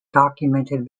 documented